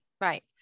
right